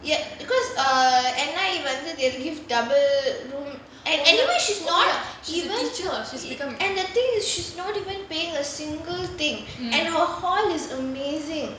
ya because uh at night வந்து:vanthu they'll give double room any~ anyway she's not even and the thing is she's not even paying a single thing and her hall is amazing